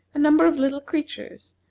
a number of little creatures,